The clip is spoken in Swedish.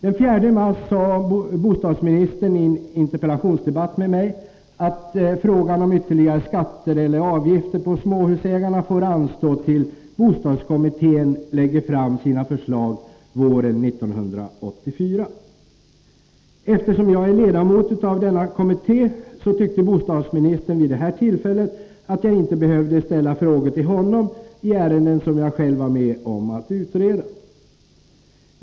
Den 4 mars sade bostadsministern i en interpellationsdebatt med mig att frågan om ytterligare skatter eller avgifter på småhusägarna får anstå tills bostadskommittén lägger fram sina förslag våren 1984. Eftersom jag är ledamot av denna kommitté, tyckte bostadsministern vid det tillfället att jag inte behövde ställa frågor till honom i ärenden som jag själv var med om att utreda.